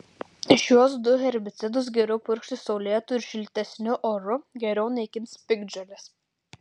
šiuos du herbicidus geriau purkšti saulėtu ir šiltesniu oru geriau naikins piktžoles